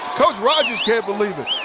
coach rogers can't believe it.